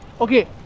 Okay